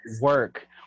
work